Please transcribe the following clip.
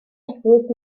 eglwys